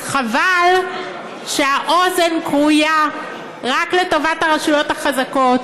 אז חבל שהאוזן כרויה רק לטובת הרשויות החזקות,